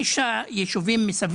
לא מופיעים?